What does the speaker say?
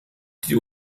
die